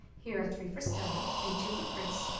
here are three for stella, and two for pris,